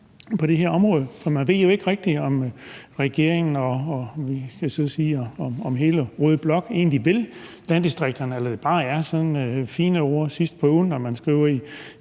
på det her område? For man ved jo ikke rigtig, om regeringen og så at sige hele den røde blok egentlig vil landdistrikterne, eller om det bare er fine ord sidst på ugen, når man skriver i